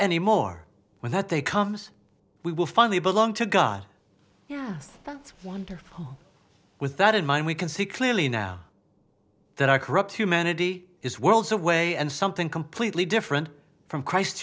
any more when that they comes we will finally belong to god that's wonderful with that in mind we can see clearly now that our corrupt humanity is worlds away and something completely different from christ